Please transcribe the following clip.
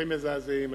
דברים מזעזעים,